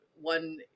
one